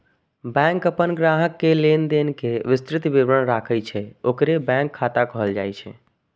bank अपन ग्राहक के लेनदेन के विस्तृत विवरण राखै छै, ओकरे बैंक खाता कहल जाइ छै